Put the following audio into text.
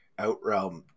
Outrealm